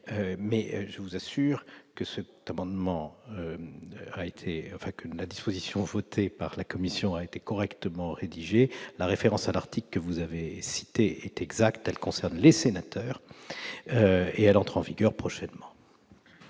mais je vous assure que la disposition votée par la commission a été correctement rédigée. La référence à l'article que vous avez cité est exacte : elle concerne les sénateurs et entrera en vigueur prochainement.